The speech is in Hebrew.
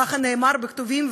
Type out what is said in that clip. ככה נאמר בכתובים.